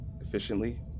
efficiently